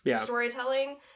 storytelling